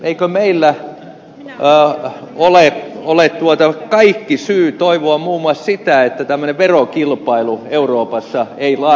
eikö meillä ole kaikki syy toivoa muun muassa sitä että tämmöinen verokilpailu euroopassa ei laajenisi